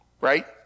Right